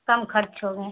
کم خرچ ہوں گے